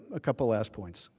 a couple of last points.